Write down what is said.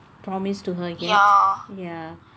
promised to her yet ya